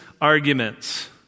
arguments